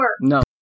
No